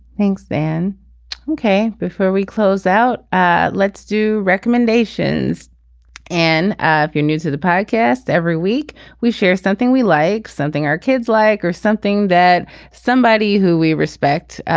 thanks man ok. before we close out ah let's let's do recommendations and ah if you're new to the podcast every week we share something we like something our kids like or something that somebody who we respect.